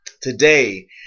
Today